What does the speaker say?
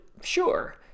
Sure